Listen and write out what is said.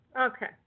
Okay